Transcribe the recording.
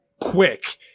quick